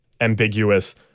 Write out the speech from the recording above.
ambiguous